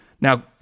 Now